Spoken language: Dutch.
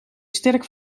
sterk